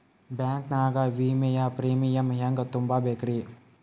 Bank ನಾಗ ವಿಮೆಯ premium ಹೆಂಗ್ ತುಂಬಾ ಬೇಕ್ರಿ?